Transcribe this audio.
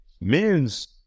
Men's